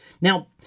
Now